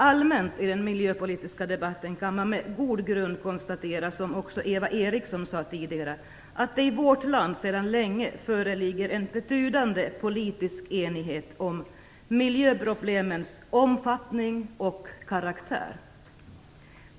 Allmänt i den miljöpolitiska debatten kan man med god grund konstatera, vilket också Eva Eriksson sade tidigare, att det i vårt land sedan länge föreligger betydande politisk enighet om miljöproblemens omfattning och karaktär.